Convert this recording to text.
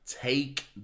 take